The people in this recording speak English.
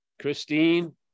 Christine